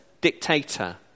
dictator